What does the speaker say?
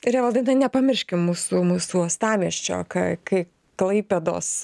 ir evaldai dar nepamirškim mūsų mūsų uostamiesčio ką kai klaipėdos